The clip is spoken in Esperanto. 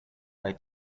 kaj